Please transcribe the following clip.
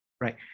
right